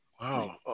Wow